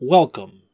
Welcome